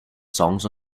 songs